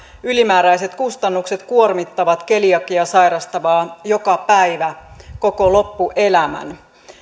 ylimääräiset kustannukset kuormittavat keliakiaa sairastavaa joka päivä koko loppuelämän